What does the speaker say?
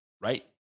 right